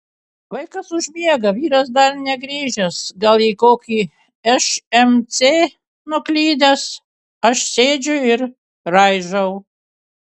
vaikas užmiega vyras dar negrįžęs gal į kokį šmc nuklydęs aš sėdžiu ir raižau